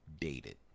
dated